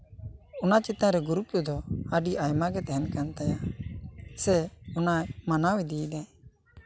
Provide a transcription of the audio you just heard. ᱚᱱᱟ ᱪᱮᱛᱟᱱ ᱜᱩᱨᱩᱛᱛᱚ ᱫᱚ ᱟᱹᱰᱤ ᱟᱭᱢᱟ ᱜᱮ ᱛᱟᱦᱮᱱ ᱠᱟᱱ ᱛᱟᱭᱟ ᱥᱮ ᱚᱱᱟ ᱢᱟᱱᱟᱣ ᱤᱫᱤᱭᱮᱫᱟᱭ